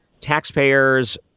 Taxpayers